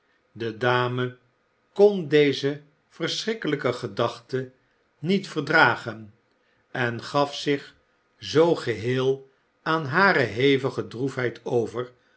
de dame kon deze verschrikkelijke gedachte niet verdragen en gaf zich zoo geheel aan hare hevige droefheid over